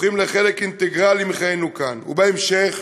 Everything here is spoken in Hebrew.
הופכים לחלק אינטגרלי מחיינו כאן, ובהמשך,